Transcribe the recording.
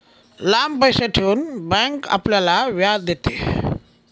लांब पैसे ठेवून बँक आपल्याला व्याज देते